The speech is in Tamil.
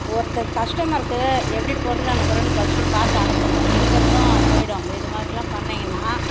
ஒருத்தர் கஸ்டமருக்கு எப்படி பொருள் அனுப்புறன்னு ஃபர்ஸ்ட்டு பார்த்து அனுப்புங்க இருக்கிறதும் போயிடும் இது மாதிரிலான் பண்ணிங்கனால்